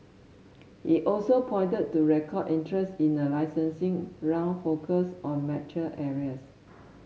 he also pointed to record interest in a licensing round focused on mature areas